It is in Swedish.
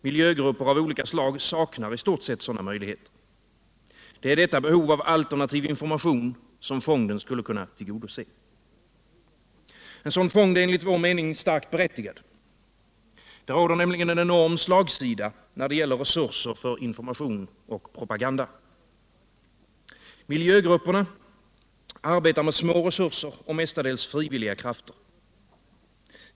Miljögrupper av olika slag saknar i stort sett sådana möjligheter. Det är detta behov av alternativ information som fonden skulle kunna tillgodose. En sådan fond är enligt vår mening starkt berättigad. Det råder nämligen en enorm slagsida när det gäller resurser för information och propaganda. Miljögrupperna arbetar med små resurser och mestadels med frivilliga krafter.